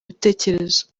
bitekerezo